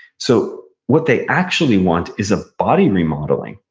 so what they actually want is a body remodeling.